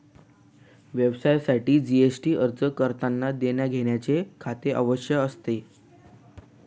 व्यवसायासाठी जी.एस.टी चा अर्ज करतांना देण्याघेण्याचे खाते आवश्यक असते